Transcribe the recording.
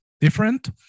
Different